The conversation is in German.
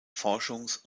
forschungs